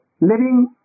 living